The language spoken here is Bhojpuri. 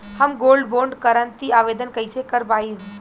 हम गोल्ड बोंड करतिं आवेदन कइसे कर पाइब?